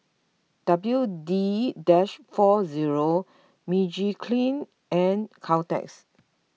W D Dish four zero Magiclean and Caltex